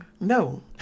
No